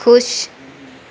खुश